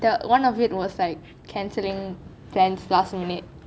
one of it was like cancelling plans last minute